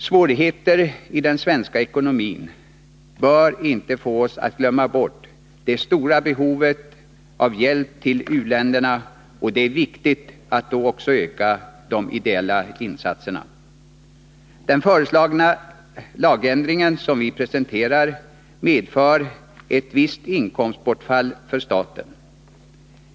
Svårigheter i den svenska ekonomin bör inte få oss att glömma bort det stora behovet av hjälp till u-länderna. Då är det viktigt att öka också de ideella insatserna. Den lagändring som vi föreslår medför ett visst inkomstbortfall för staten.